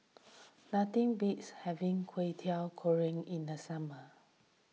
nothing beats having Kway Teow Goreng in the summer